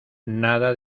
nada